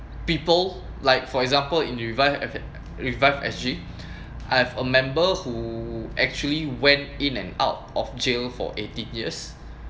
people like for example in revive revive S_G I have a member who actually went in and out of jail for eighteen years